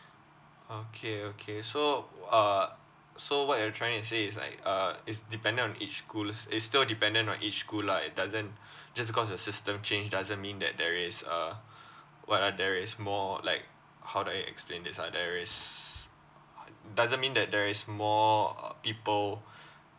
okay okay so uh so what you're trying to say is like uh is depending on each schools is still dependent on each school lah it doesn't just because the system change doesn't mean that there is uh what ah there is more like how do I explain this ah there is doesn't mean that there is more uh people